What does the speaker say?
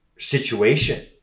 situation